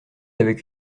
avec